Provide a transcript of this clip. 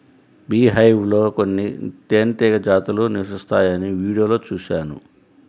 beehive లో కొన్ని తేనెటీగ జాతులు నివసిస్తాయని వీడియోలో చూశాను